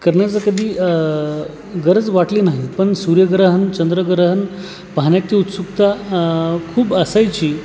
करण्याचा कधी गरज वाटली नाही पण सूर्यग्रहण चंद्रग्रहण पाहण्याची उत्सुकता खूप असायची